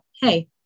hey